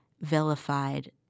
vilified